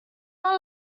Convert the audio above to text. not